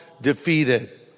defeated